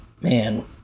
Man